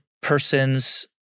person's